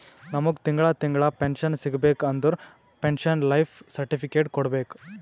ನಿಮ್ಮಗ್ ತಿಂಗಳಾ ತಿಂಗಳಾ ಪೆನ್ಶನ್ ಸಿಗಬೇಕ ಅಂದುರ್ ಪೆನ್ಶನ್ ಲೈಫ್ ಸರ್ಟಿಫಿಕೇಟ್ ಕೊಡ್ಬೇಕ್